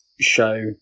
show